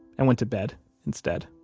and went to bed instead